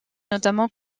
notamment